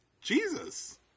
Jesus